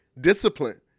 Discipline